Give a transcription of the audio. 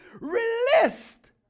released